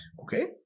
Okay